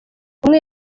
umwe